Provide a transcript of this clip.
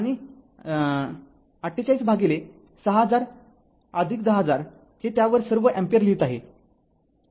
आणि i बरोबर ४८ भागिले ६०००१०००० हे त्यावर सर्व अँपिअर लिहित आहे